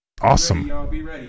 Awesome